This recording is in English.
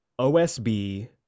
OSB